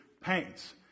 paints